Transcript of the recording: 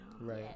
Right